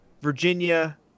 Virginia